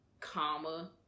comma